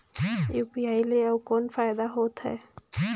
UPI ले अउ कौन फायदा होथ है?